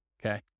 Okay